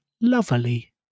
lovely